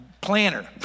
planner